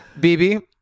bb